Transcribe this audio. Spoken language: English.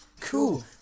cool